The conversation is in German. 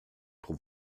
pro